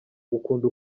ngukunda